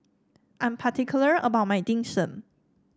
I am particular about my Dim Sum